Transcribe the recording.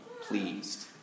pleased